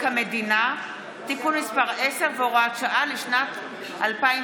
המדינה (תיקון מס' 10 והוראת שעה לשנת 2020)